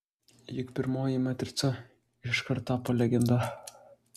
juk pirmoji matrica iškart tapo legenda